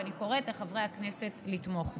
ואני קוראת לחברי הכנסת לתמוך בה.